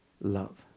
love